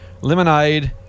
lemonade